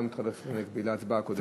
את חבר הכנסת הנגבי להצבעה הקודמת.